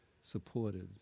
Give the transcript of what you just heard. supportive